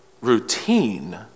routine